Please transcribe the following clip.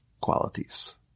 qualities